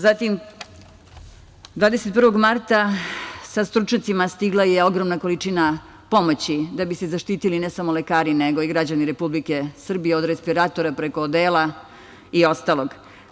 Zatim, 21. marta sa stručnjacima stigla je ogromna količina pomoći da bi se zaštitili ne samo lekari, nego i građani Republike Srbije, od respiratora, preko odela i ostalog.